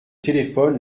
téléphone